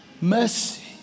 Mercy